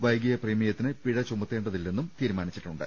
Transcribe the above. വൈകിയ പ്രീമിയത്തിന് പിഴ ചുമത്തേണ്ടതില്ലെന്നും തീരു മാനിച്ചിട്ടുണ്ട്